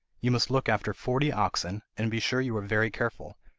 you must look after forty oxen, and be sure you are very careful,